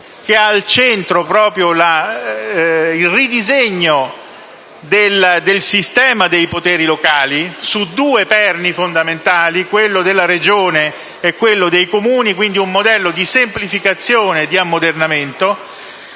che ha al centro proprio il ridisegno del sistema dei poteri locali su due perni fondamentali, quello della Regione e quello dei Comuni. Si tratta quindi di un modello di semplificazione e di ammodernamento;